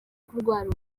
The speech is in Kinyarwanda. kurwara